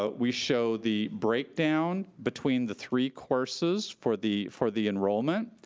ah we show the breakdown between the three courses for the for the enrollment.